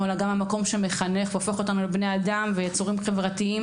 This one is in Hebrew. אלא גם המקום שמחנך והופך אותנו לבני אדם וליצורים חברתיים